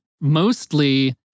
mostly